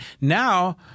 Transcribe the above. now